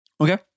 okay